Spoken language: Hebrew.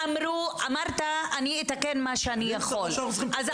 אמרת "אני אתקן מה שאני יכול -- לא,